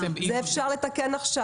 את זה אפשר לתקן עכשיו.